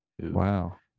Wow